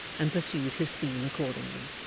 and pursued his theme accordingly.